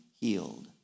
healed